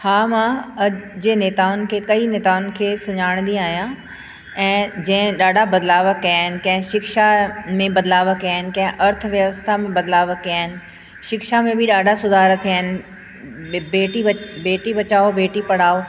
हा मां अॼु जे नेताउनि खे कई नेताउनि खे सुञाणींदी आहियां ऐं जंहिं ॾाढा बदिलाव कया आहिनि कंहिं शिक्षा में बदिलाव कया आहिनि कंहिं अर्थव्यवस्था में बदिलाव कया आहिनि शिक्षा में बि ॾाढा सुधार थिया आहिनि बि बेटी बेटी बचाओ बेटी बचाओ बेटी पढ़ाओ